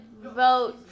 vote